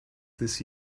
this